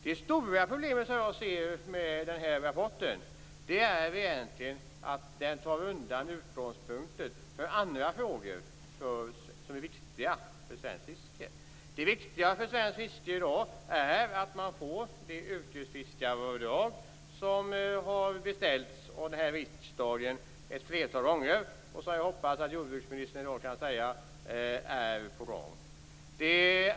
Det stora problem som jag ser med den här rapporten är att den egentligen tar undan utgångspunkten för andra frågor som är viktiga för svenskt fiske. Det viktiga för svenskt fiske i dag är att man får det yrkesfiskaravdrag som har beställts av den här riksdagen ett flertal gånger och som jag hoppas att jordbruksministern i dag kan säga är på gång.